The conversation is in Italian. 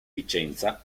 vicenza